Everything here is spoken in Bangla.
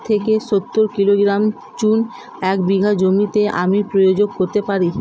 শাঠ থেকে সত্তর কিলোগ্রাম চুন এক বিঘা জমিতে আমি প্রয়োগ করতে পারি?